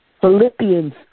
Philippians